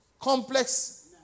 complex